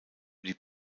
die